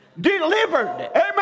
delivered